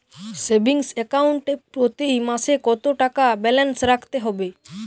Savings account এ প্রতি মাসে কতো টাকা ব্যালান্স রাখতে হবে?